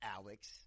Alex